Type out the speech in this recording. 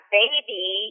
baby